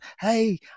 Hey